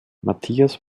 matthias